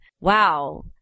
wow